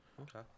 Okay